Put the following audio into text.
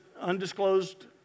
undisclosed